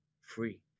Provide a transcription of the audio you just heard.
free